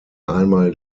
einmal